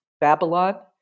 Babylon